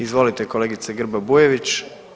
Izvolite kolegice Grba Bujević.